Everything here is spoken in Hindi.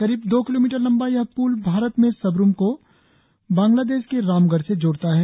करीब दो किलोमीटर लंबा यह प्ल भारत में सबरूम को बांग्लादेश के रामगढ़ से जोड़ता है